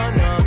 no